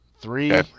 Three